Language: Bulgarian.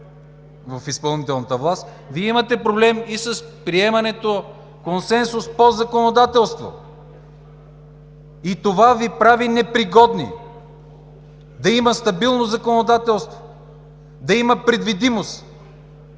в изпълнителната власт, Вие имате проблем и с приемането с консенсус по законодателство и това Ви прави непригодни. Да има стабилно законодателство, да има предвидимост,